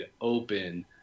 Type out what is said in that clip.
open –